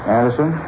Anderson